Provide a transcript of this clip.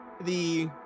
the-